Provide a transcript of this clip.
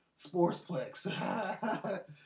Sportsplex